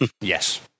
yes